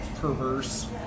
perverse